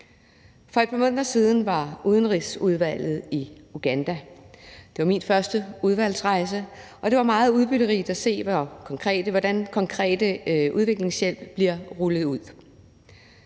For et par måneder siden var Udenrigsudvalget i Uganda. Det var min første udvalgsrejse, og det var meget udbytterigt at se, hvordan konkret udviklingshjælp bliver rullet ud.